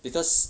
because